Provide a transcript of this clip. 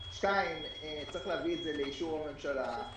2. צריך להביא את זה לאישור הממשלה,